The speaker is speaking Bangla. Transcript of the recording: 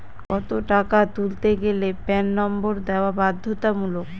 কত টাকা তুলতে গেলে প্যান নম্বর দেওয়া বাধ্যতামূলক?